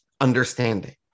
understanding